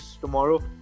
tomorrow